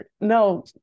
No